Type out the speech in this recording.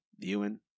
viewing